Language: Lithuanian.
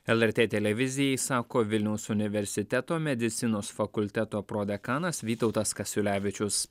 lrt televizijai sako vilniaus universiteto medicinos fakulteto prodekanas vytautas kasiulevičius